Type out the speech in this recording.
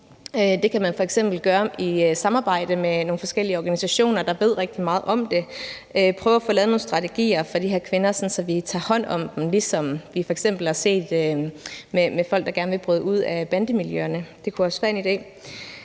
Det kan man f.eks. gøre i samarbejde med nogle forskellige organisationer, der ved rigtig meget om det, altså prøve at få lavet nogle strategier for de her kvinder, sådan at vi tager hånd om dem, ligesom vi f.eks. har set med folk, der gerne vil bryde ud af bandemiljøerne. Det kunne også være en idé.